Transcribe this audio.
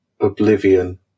oblivion